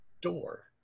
door